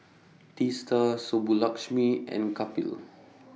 Teesta Subbulakshmi and Kapil